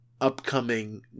upcoming